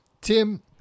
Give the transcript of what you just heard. Tim